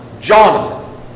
Jonathan